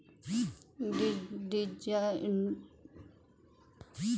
digitisation के कारण online bank खाता खोलना और आवेदन ट्रैकिंग संभव हैं